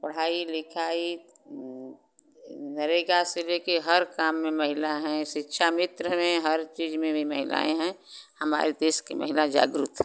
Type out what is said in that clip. पढ़ाई लिखाई ये नरेगा से लेके हर काम में महिला हैं शिक्षामित्र में हर चीज में भी महिलाएँ हैं हमारे देश की महिला जागरूक है